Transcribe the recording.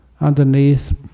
underneath